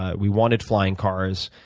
ah we wanted flying cars.